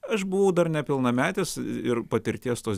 aš buvau dar nepilnametis ir patirties tos